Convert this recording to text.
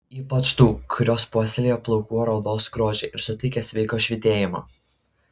ypač tų kurios puoselėja plaukų ar odos grožį ir suteikia sveiko švytėjimo